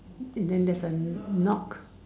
and then there's a knock